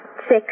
six